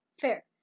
Fair